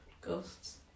Ghosts